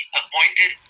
appointed